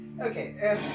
Okay